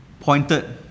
pointed